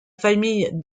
famille